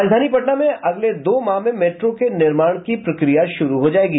राजधानी पटना में अगले दो माह में मेट्रो के निर्माण की प्रक्रिया शुरू हो जायेगी